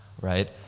right